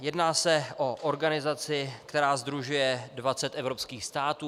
Jedná se o organizaci, která sdružuje dvacet evropských států.